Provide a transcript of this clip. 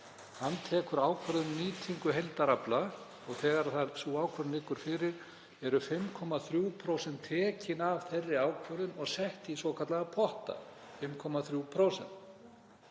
Hann tekur ákvörðun um nýtingu heildarafla og þegar sú ákvörðun liggur fyrir eru 5,3% tekin af þeirri ákvörðun og sett í svokallaða potta, 5,3%.